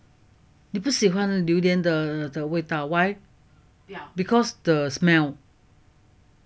你不喜欢榴莲的味道 why because the smell